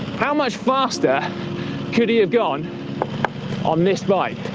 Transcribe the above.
how much faster could he have gone on this bike?